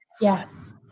yes